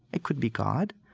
it could be god,